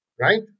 right